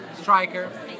striker